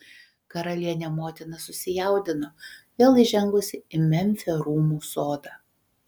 karalienė motina susijaudino vėl įžengusi į memfio rūmų sodą